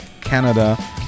canada